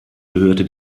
gehörte